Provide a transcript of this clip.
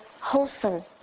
wholesome